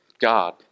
God